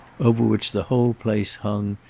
over which the whole place hung,